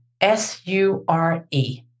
S-U-R-E